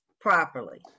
properly